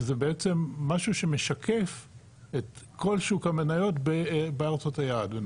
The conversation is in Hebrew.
שזה בעצם משהו שמשקף את כל שוק המניות בארצות היעד.